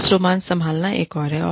office romance संभालना एक और है